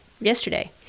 yesterday